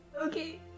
Okay